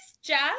jazz